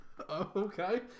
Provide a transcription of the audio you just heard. Okay